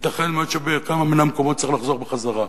ייתכן מאוד שבכמה מהמקומות צריך לחזור בחזרה.